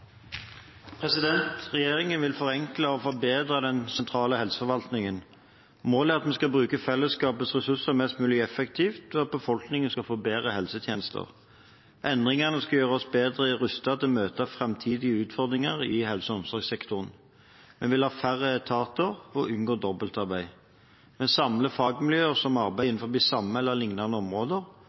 råd. Regjeringen vil forenkle og forbedre den sentrale helseforvaltningen. Målet er at vi skal bruke fellesskapets ressurser mest mulig effektivt, og at befolkningen skal få bedre helsetjenester. Endringene skal gjøre oss bedre rustet til å møte de framtidige utfordringene i helse- og omsorgssektoren. Vi vil ha færre etater og unngå dobbeltarbeid. Vi samler fagmiljøer som arbeider innenfor samme eller liknende områder.